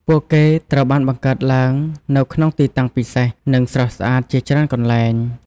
ពួកគេត្រូវបានបង្កើតឡើងនៅក្នុង ទីតាំងពិសេស និងស្រស់ស្អាតជាច្រើនកន្លែង។